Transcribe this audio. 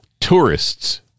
tourists